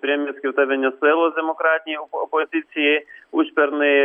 premija skirta venesuelos demokratinei opo opozicijai užpernai